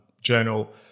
Journal